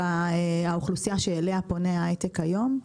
האוכלוסייה שאליה פונה ההייטק היום,